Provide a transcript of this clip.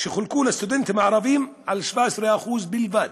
שחולקו לסטודנטים הערבים על 17% בלבד,